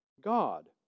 God